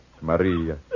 Maria